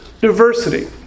diversity